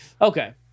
Okay